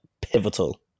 Pivotal